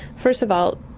first of all,